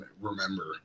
remember